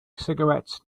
cigarettes